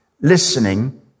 listening